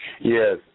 Yes